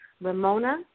Ramona